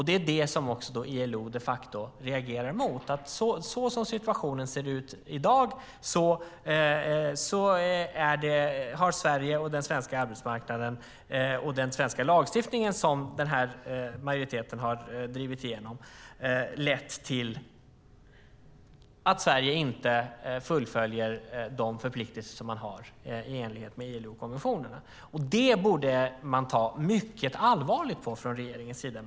Det är det som ILO de facto reagerar emot: Så som situationen ser ut i dag har Sverige, den svenska arbetsmarknaden och den svenska lagstiftningen som den här majoriteten har drivit igenom lett till att Sverige inte fullföljer sina förpliktelser i enlighet med ILO-konventionerna. Det borde man ta mycket allvarligt på från regeringens sida.